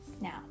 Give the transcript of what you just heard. now